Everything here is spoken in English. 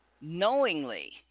knowingly